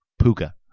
Puka